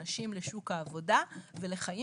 כפי שתיראו, יש לנו ערוצי שירות רבים ורחבים.